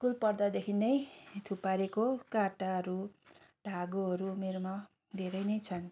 school पढ्दादेखि नै थुपारेको काँटाहरू धागोहरू मेरोमा धेरै नै छन्